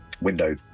window